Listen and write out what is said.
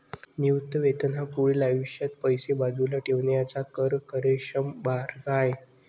निवृत्ती वेतन हा पुढील आयुष्यात पैसे बाजूला ठेवण्याचा कर कार्यक्षम मार्ग आहे